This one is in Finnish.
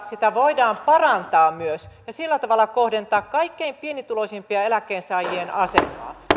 sitä voidaan parantaa myös ja sillä tavalla kohdentaa kaikkein pienituloisimpien eläkkeensaajien asemaan